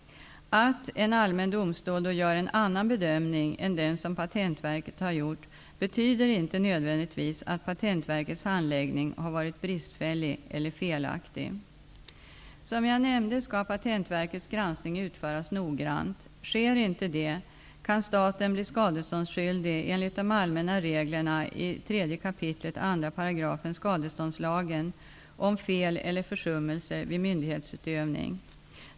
Att en allmän domstol då gör en annan bedömning än den som Patentverket har gjort betyder inte nödvändigtvis att Patentverkets handläggning har varit bristfällig eller felaktig. Som jag nämnde skall Patentverkets granskning utföras noggrant. Sker inte det, kan staten bli skadeståndsskyldig enligt de allmänna reglerna i 3 kap. 2 § skadeståndslagen om fel eller försummelse vid myndighetsutövning.